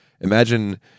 imagine